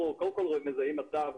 קודם כול מזהים מצב,